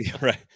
Right